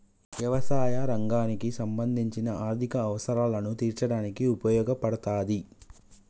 యవసాయ రంగానికి సంబంధించిన ఆర్ధిక అవసరాలను తీర్చడానికి ఉపయోగపడతాది